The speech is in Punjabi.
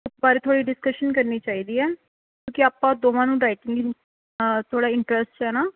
ਬੂਕ ਬਾਰੇ ਥੋੜ੍ਹੀ ਡਿਸਕਸ਼ਨ ਕਰਨੀ ਚਾਹੀਦੀ ਹੈ ਕਿ ਆਪਾਂ ਦੋਵਾਂ ਨੂੰ ਥੋੜ੍ਹਾ ਇੰਟਰਸਟ ਚ ਹੈ ਨਾ